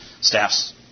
staffs